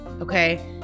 okay